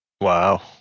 Wow